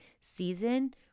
season